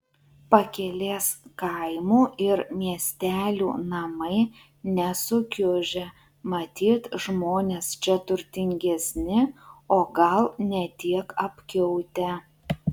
pakelės kaimų ir miestelių namai nesukiužę matyt žmonės čia turtingesni o gal ne tiek apkiautę